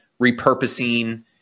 repurposing